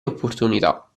opportunità